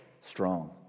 strong